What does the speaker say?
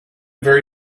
very